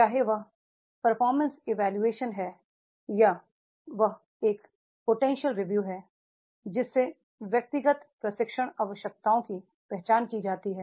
चाहे वह एक इ परफॉर्मेंस अप्रेजल है या यह एक पोटेंशियल अप्रेजल है जिससे व्यक्तिगत प्रशिक्षण आवश्यकताओं की पहचान की जाती है